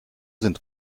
sind